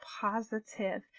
positive